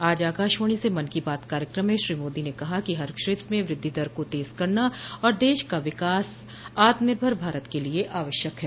आज आकाशवाणी से मन की बात कार्यक्रम में श्री मोदी ने कहा कि हर क्षेत्र में वृद्धि दर को तज करना और देश का विकास आत्मनिर्भर भारत के लिए आवश्यक है